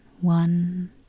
one